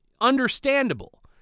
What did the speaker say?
understandable